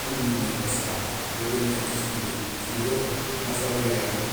naan uñumé éfaak. Do doomé éfirgo, éfirgo nafahol yo yayu.